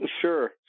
Sure